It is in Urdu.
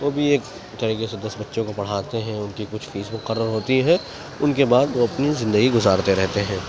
وہ بھی ایک طریقے سے دس بچوں کو پڑھاتے ہیں ان کی کچھ فیس مقرر ہوتی ہے ان کے بعد وہ اپنی زندگی گزارتے رہتے ہیں